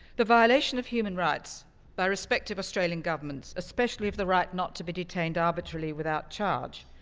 the violation of human rights by respective australian governments, especially of the right not to be detained arbitrarily without charge,